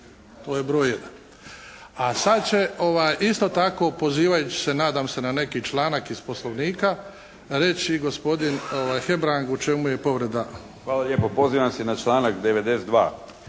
To je broj jedan. A sad će isto tako pozivajući se nadam se na neki članak iz Poslovnika reći gospodin Hebrang u čemu je povreda. **Hebrang, Andrija (HDZ)** Hvala lijepa. Pozivam se na članak 92.